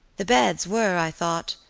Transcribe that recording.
the beds were, i thought,